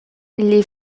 les